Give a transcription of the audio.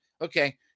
Okay